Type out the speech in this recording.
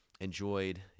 enjoyed